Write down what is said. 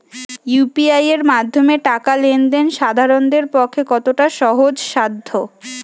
UPI এর মাধ্যমে টাকা লেন দেন সাধারনদের পক্ষে কতটা সহজসাধ্য?